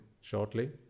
shortly